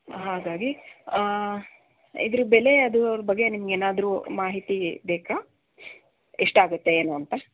ಹಾಗಾಗಿ ಇದರ ಬೆಲೆ ಅದರ ಬಗ್ಗೆ ನಿಮಗೇನಾದರೂ ಮಾಹಿತಿ ಬೇಕಾ ಎಷ್ಟಾಗುತ್ತೆ ಏನು ಅಂತ